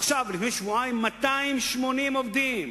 עכשיו, לפני שבועיים, 280 עובדים.